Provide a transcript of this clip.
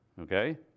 Okay